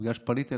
ובגלל שפנית אליי,